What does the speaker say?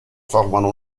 formano